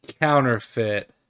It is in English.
counterfeit